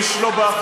איש לא בא,